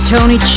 Tony